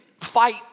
fight